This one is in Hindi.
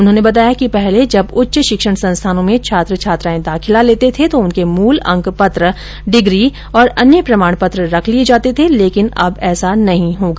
उन्होंने बताया कि पहले जब उच्च शिक्षण संस्थानों में छात्र दाखिला लेते थे तो उनके मूल अंक पत्र डिग्री और अन्य प्रमाण पत्र रख लिए जाते थे लेकिन अब ऐसा नहीं होगा